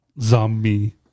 zombie